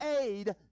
aid